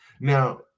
now